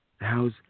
How's